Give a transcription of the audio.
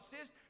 says